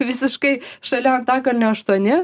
visiškai šalia antakalnio aštuoni